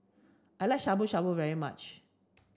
I like Shabu Shabu very much